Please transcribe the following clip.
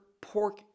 pork